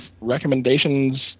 recommendations